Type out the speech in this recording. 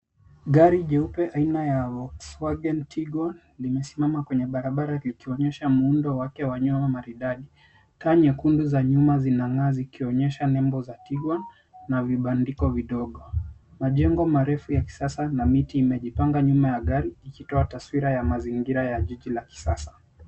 Gari jeupe aina ya Volkswagen Tiguan limesimama kwenye barabara likionyesha muundo wake wa nyuma maridadi. Taa nyekundu za nyuma zinang'aa zikionyesha nembo za Tiguan na vibandiko vidogo. Majengo marefu ya kisasa na miti imejipanga nyuma ya gari ikitoa mazingira ya jiji la kisasa.